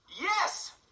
Yes